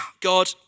God